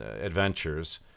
adventures